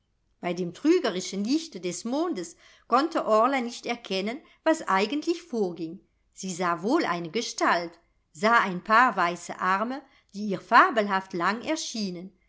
bei dem trügerischen lichte des mondes konnte orla nicht erkennen was eigentlich vorging sie sah wohl eine gestalt sah ein paar weiße arme die ihr fabelhaft lang erschienen